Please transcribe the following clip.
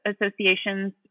associations